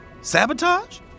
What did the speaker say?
Sabotage